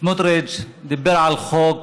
סמוטריץ דיבר על חוק